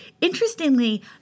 Interestingly